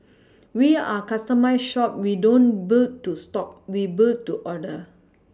we are a customised shop we don't build to stock we build to order